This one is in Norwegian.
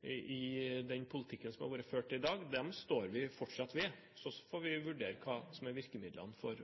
i den politikken som har vært ført til i dag, står vi fortsatt ved. Så får vi vurdere hva som er virkemidlene for